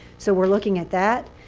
so we're looking at that.